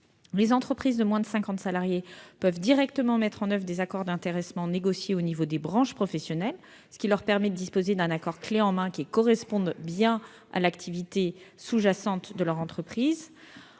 Les entreprises de moins de cinquante salariés peuvent directement mettre en oeuvre des accords d'intéressement négociés au niveau des branches professionnelles, ce qui leur permet de disposer d'un accord « clé en main » correspondant bien à l'activité sous-jacente de leur entreprise.